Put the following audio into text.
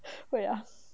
会啊